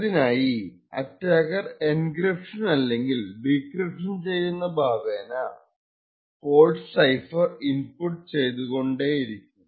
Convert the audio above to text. അതിനായി attacker encryption അല്ലെങ്കിൽ decryption ചെയ്യുന്ന ഭാവേന ഫോൾട്ട്സ് സൈഫർ ഇൻപുട്ട് ചെയ്തുകൊണ്ടേയിരിക്കും